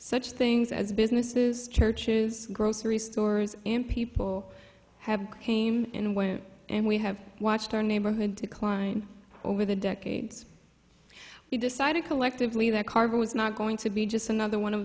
such things as businesses churches grocery stores and people have came and went and we have watched our neighborhood decline over the decades we decided collectively that carver was not going to be just another one of